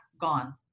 gone